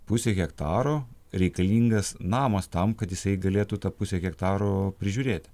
pusę hektaro reikalingas namas tam kad jisai galėtų tą pusę hektaro prižiūrėti